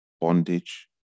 bondage